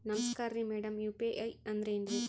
ನಮಸ್ಕಾರ್ರಿ madam UPI ಅಂದ್ರೆನ್ರಿ?